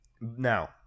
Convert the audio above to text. Now